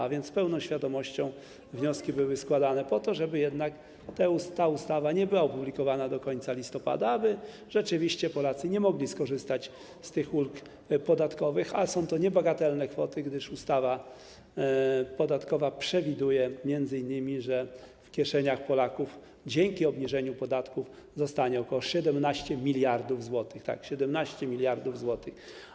A więc z pełną świadomością składano wnioski po to, żeby jednak ta ustawa nie była opublikowana do końca listopada, aby Polacy nie mogli skorzystać z ulg podatkowych, a są to niebagatelne kwoty, gdyż ustawa podatkowa przewiduje m.in., że w kieszeniach Polaków dzięki obniżeniu podatków zostanie ok. 17 mld zł, tak, 17 mld zł.